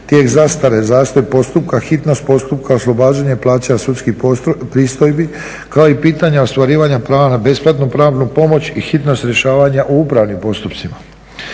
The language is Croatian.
tijek zastare, zastoj postupka, hitnog postupka, oslobađanje plaćanja sudskih pristojbi kao i pitanja ostvarivanja prava na besplatnu pravnu pomoć i hitnost rješavanja u upravnim postupcima.